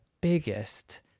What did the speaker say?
biggest